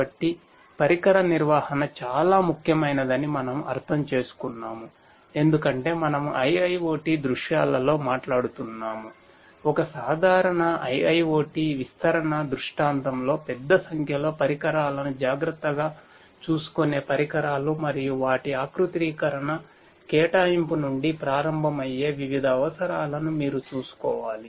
కాబట్టి పరికర నిర్వహణ చాలా ముఖ్యమైనదని మనము అర్థం చేసుకున్నాము ఎందుకంటే మనము IIoT దృశ్యాలలో మాట్లాడుతున్నాము ఒక సాధారణ IIoT విస్తరణ దృష్టాంతంలో పెద్ద సంఖ్యలో పరికరాలను జాగ్రత్తగా చూసుకునే పరికరాలు మరియు వాటి ఆకృతీకరణ కేటాయింపు నుండి ప్రారంభమయ్యే వివిధ అవసరాలను మీరు చూసుకోవాలి